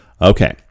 Okay